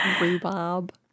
Rhubarb